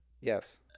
Yes